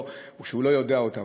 שהוא לא יודע את הנתונים,